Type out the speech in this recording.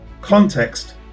Context